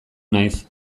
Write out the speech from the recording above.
naiz